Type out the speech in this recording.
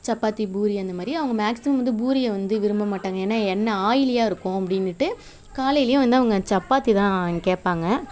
சப்பாத்தி பூரி அந்த மாதிரி அவங்க மேக்சிமம் வந்து பூரியை வந்து விரும்ப மாட்டாங்க ஏன்னால் எண்ணெய் ஆயிலியாக இருக்கும் அப்படின்னுட்டு காலையிலேயே வந்து அவங்க சப்பாத்தி தான் கேட்பாங்க